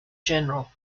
general